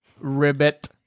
Ribbit